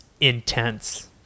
intense